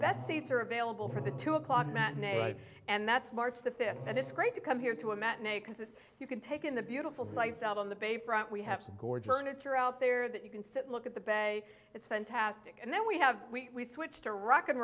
best seats are available for the two o'clock matinee and that's marks the fifth and it's great to come here to a matinee cause if you can take in the beautiful sights out on the bay front we have to gorge furniture out there that you can see it look at the bay it's fantastic and then we have we switched to rock